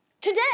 Today